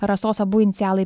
rasos abu inicialai